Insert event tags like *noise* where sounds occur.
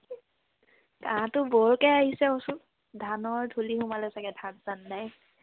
কাহটো বৰকে আহিছে কৈছো ধানৰ ধূলি সোমালে চাগে ধান *unintelligible*